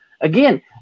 Again